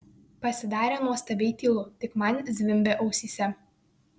pasidarė nuostabiai tylu tik man zvimbė ausyse